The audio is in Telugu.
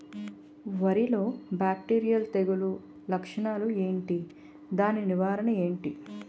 వరి లో బ్యాక్టీరియల్ తెగులు లక్షణాలు ఏంటి? దాని నివారణ ఏంటి?